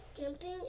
jumping